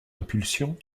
impulsion